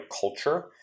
culture